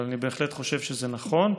אבל אני בהחלט חושב שזה נכון.